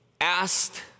asked